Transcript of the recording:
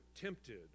tempted